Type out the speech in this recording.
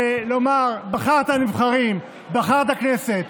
ולומר: בחרת נבחרים, בחרת כנסת,